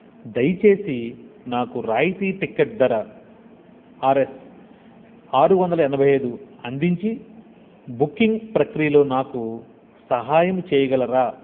దయచేసి నాకు రాయితీ టిక్కెట్ ధర ఆర్ఎస్ ఆరు వందల ఎనభై ఐదు అందించి బుకింగ్ ప్రక్రియలో నాకు సహాయం చెయ్యగలరా